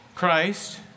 Christ